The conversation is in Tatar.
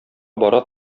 бара